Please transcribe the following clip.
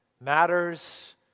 matters